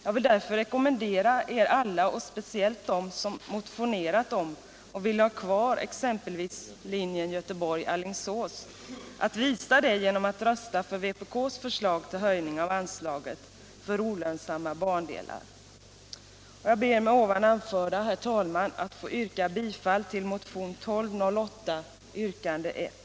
Jag vill därför rekommendera er alla, och speciellt dem som motionerat om och vill ha kvar exempelvis linjen Alingsås-Göteborg, att rösta på vpk:s förslag till höjning av anslaget för olönsamma bandelar. Jag ber med det anförda, herr talman, att få yrka bifall till motionen 1208, yrkande 1.